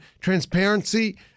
transparency